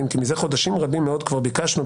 כי מזה חודשים רבים מאוד כבר ביקשנו,